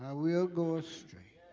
ah will go straight